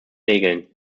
regeln